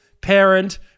parent